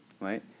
right